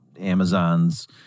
Amazon's